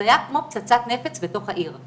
זה היה כמו פצצת נפץ בתוך העיר.